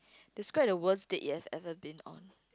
describe the worst date you've ever been on